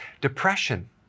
depression